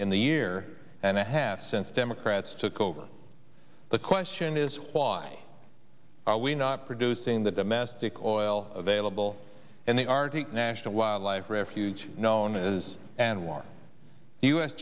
in the year and a half since democrats took over the question is why are we not producing the domestic oil available in the arctic national wildlife refuge known as anwar